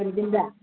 मोनगोन दा